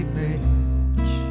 Bridge